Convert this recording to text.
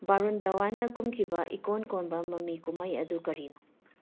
ꯚꯔꯨꯟ ꯗꯋꯥꯟꯅ ꯀꯨꯝꯈꯤꯕ ꯏꯀꯣꯟ ꯀꯣꯟꯕ ꯃꯃꯤ ꯀꯨꯝꯍꯩ ꯑꯗꯨ ꯀꯔꯤꯅꯣ